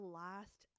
last